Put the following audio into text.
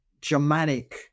Germanic